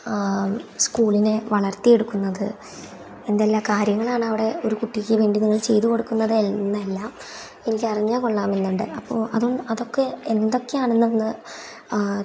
സ്കൂളിനെ വളർത്തിയെടുക്കുന്നത് എന്തെല്ലാം കാര്യങ്ങളാണവിടെ ഒരു കുട്ടിക്ക് വേണ്ടി നിങ്ങൾ ചെയ്ത് കൊടുക്കുന്നത് എന്നെല്ലാം എനിക്ക് അറിഞ്ഞാൽ കൊള്ളാമെന്നുണ്ട് അപ്പോൾ അതും അതൊക്കെ എന്തൊക്കെയാണെന്ന് എന്ന് ആ